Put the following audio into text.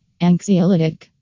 Anxiolytic